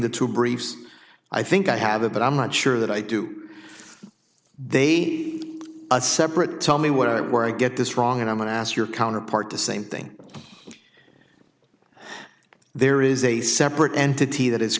the two briefs i think i have it but i'm not sure that i do they a separate tell me what i wear i get this wrong and i'm going to ask your counterpart the same thing if there is a separate entity that